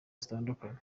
zitandukanye